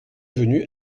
venu